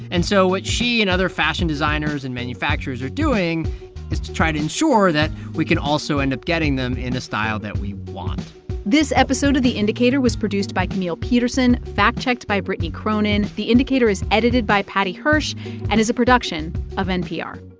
and so what she and other fashion designers and manufacturers are doing is to try to ensure that we can also end up getting them in a style that we want this episode of the indicator was produced by camille petersen, fact-checked by brittany cronin. the indicator is edited by paddy hirsch and is a production of npr